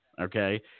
okay